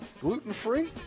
Gluten-free